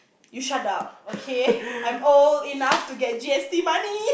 you shut up okay I'm enough to get G_S_T money